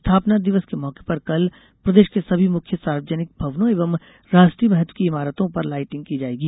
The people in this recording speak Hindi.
स्थापना दिवस के मौके पर कल प्रदेश के सभी मुख्य सार्वजनिक भवनों एवं राष्ट्रीय महत्व की इमारतों पर लाइटिंग की जायेगी